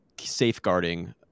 safeguarding